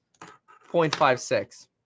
0.56